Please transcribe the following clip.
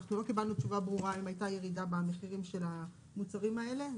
לא קיבלנו תשובה ברורה אם הייתה ירידה במחירים של המוצרים האלה.